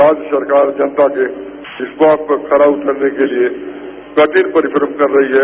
राज्य सरकार जनता के विश्वास पर खरा उतरने के लिये कठिन परिश्रम कर रही है